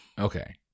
Okay